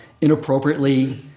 inappropriately